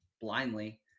blindly